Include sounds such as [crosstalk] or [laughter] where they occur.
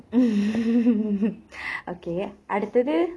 [noise] okay அடுத்தது:aduthathu